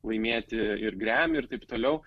laimėti ir grammy ir taip toliau